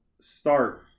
start